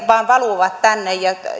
vaan valuvat tänne ja